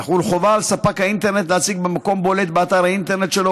תחול חובה על ספק האינטרנט להציג במקום בולט באתר האינטרנט שלו